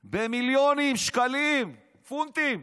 במיליונים, שקלים, פונטים.